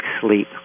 sleep